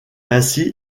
ainsi